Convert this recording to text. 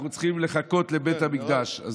אנחנו צריכים לחכות לבית המקדש.